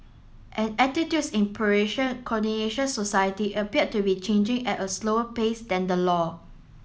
and attitudes in Croatian society appear to be changing at a slower pace than the law